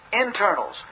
internals